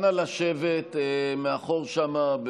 נא לשבת מאחור שם,